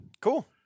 Cool